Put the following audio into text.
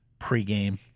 pregame